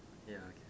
ya okay